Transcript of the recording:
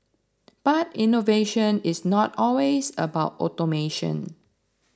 but innovation is not always about automation